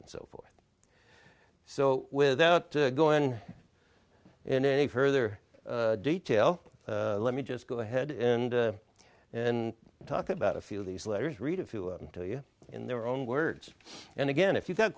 and so forth so without going into any further detail let me just go ahead and and talk about a few of these letters read a few of them to you in their own words and again if you've got